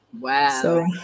Wow